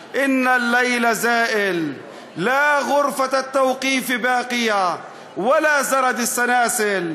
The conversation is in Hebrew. לקחו את אהובתו הצעירה ואמרו: אתה פליט.